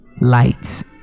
Lights